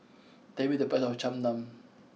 tell me the price of Cham Cham